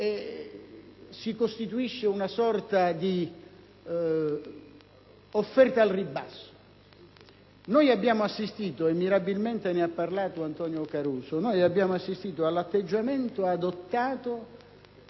si costituisca una sorta di offerta al ribasso. Abbiamo assistito - e mirabilmente ne ha parlato Antonino Caruso - all'atteggiamento adottato